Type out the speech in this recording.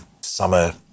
summer